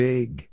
Big